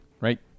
right